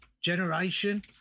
Generation